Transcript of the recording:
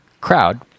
crowd